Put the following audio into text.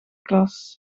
klas